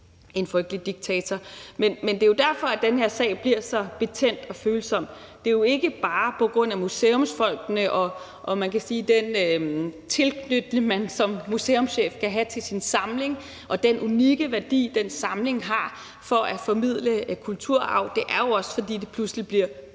en frygtelig diktator. Men det er jo derfor, at den her sag bliver så betændt og følsom. Det er jo ikke bare på grund af museumsfolkene og den tilknytning, man som museumschef kan have til sin samling, og den unikke værdi, den samling har, i forhold til at formidle kulturarv. Det er jo også, fordi det pludselig bliver